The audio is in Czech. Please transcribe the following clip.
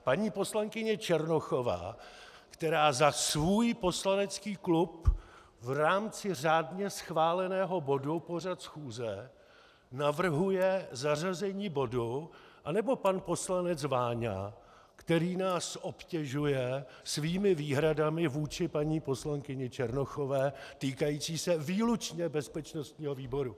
Paní poslankyně Černochová, která za svůj poslanecký klub v rámci řádně schváleného bodu pořad schůze navrhuje zařazení bodu, anebo pan poslanec Váňa, který nás obtěžuje svými výhradami vůči paní poslankyni Černochové týkajícími se výlučně bezpečnostního výboru.